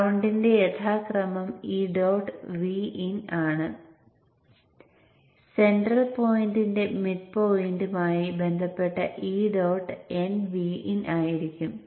ഉദാഹരണത്തിന് Q2 ഈ പോയിന്റിലാണെന്ന് പറയാം